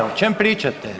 O čem pričate?